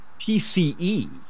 PCE